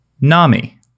Nami